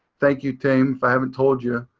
thank you, team. i haven't told you.